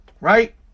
right